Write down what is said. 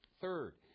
Third